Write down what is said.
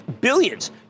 billions